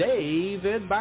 David